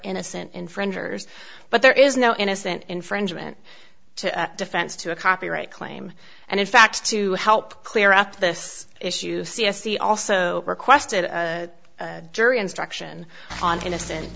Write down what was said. innocent infringers but there is no innocent infringement to defense to a copyright claim and in fact to help clear up this issue c s e also requested a jury instruction on innocent